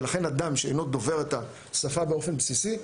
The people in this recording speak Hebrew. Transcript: לכן, אדם שאינו דובר את השפה באופן בסיסי,